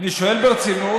אתה שואל ברצינות?